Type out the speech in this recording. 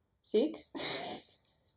Six